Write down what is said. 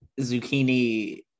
Zucchini